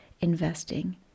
investing